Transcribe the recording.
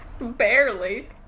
Barely